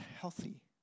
healthy